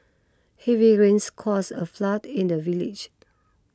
heavy rains cause a flood in the village